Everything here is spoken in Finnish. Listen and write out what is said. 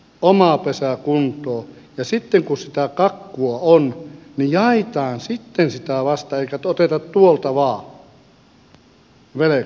ensin oma pesä kuntoon ja sitten kun sitä kakkua on niin jaetaan sitten vasta sitä eikä oteta tuolta vain velkaa ja sitä jaeta